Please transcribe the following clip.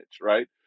right